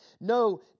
No